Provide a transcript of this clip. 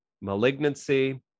malignancy